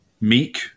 meek